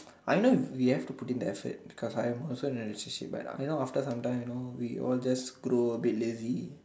I know we have to put in the effort because I am also in a relationship but I know often sometimes you know we all just grow a bit lazy